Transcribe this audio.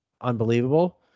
unbelievable